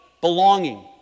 Belonging